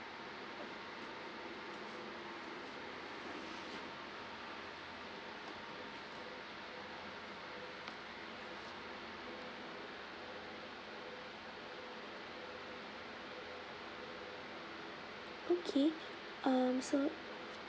okay um so